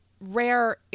rare